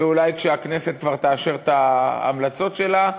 ואולי כאשר הכנסת תאשר את ההמלצות שלה,